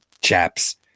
chaps